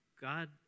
God